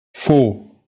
four